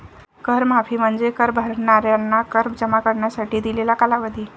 कर माफी म्हणजे कर भरणाऱ्यांना कर जमा करण्यासाठी दिलेला कालावधी